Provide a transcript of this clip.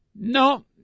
No